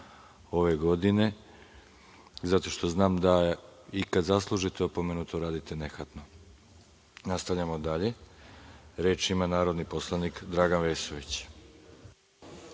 ove godine, zato što znam da i kada zaslužite opomenu, to radite nehatno. Nastavljamo dalje. Reč ima narodni poslanik Dragan Vesović.